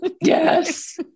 Yes